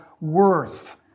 worth